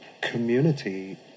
community